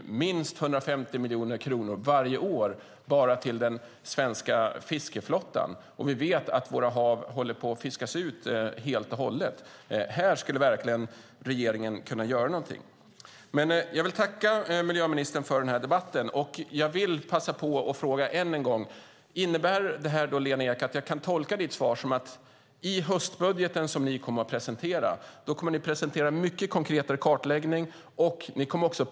Det är minst 150 miljoner kronor varje år bara till den svenska fiskeflottan. Vi vet att våra hav håller på att fiskas ut helt och hållet. Här skulle regeringen verkligen kunna göra någonting. Jag vill dock tacka miljöministern för denna debatt. Jag vill passa på att fråga, än en gång: Lena Ek, kan jag tolka ditt svar som att ni i höstbudgeten kommer att presentera en mycket konkretare kartläggning och även en prioritering?